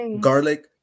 Garlic